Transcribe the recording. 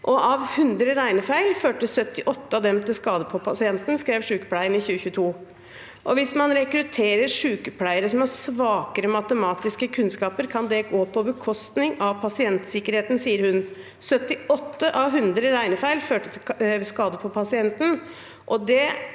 Av 100 regnefeil førte 78 av dem til skade på pasienten, skrev Sykepleien i 2022. Hvis man rekrutterer sykepleiere som har svakere matematiske kunnskaper, kan det gå på bekostning av pasientsikkerheten, sier hun. 78 av 100 regnefeil førte til skade på pasienten,